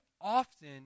often